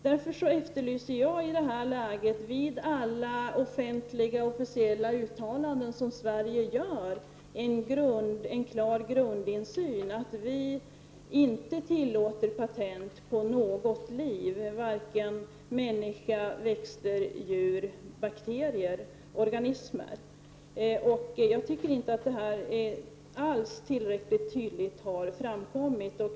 Därför efterlyser jag detta läge att Sverige vid alla officiella uttalanden som görs, uttalar en klar grundinställning att vi inte tillåter patent på något liv, varken människa, växter, djur, bakterier eller andra organismer. Jag tycker inte alls att detta har framkommit tillräckligt tydligt.